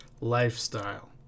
lifestyle